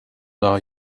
are